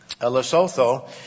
Lesotho